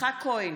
יצחק כהן,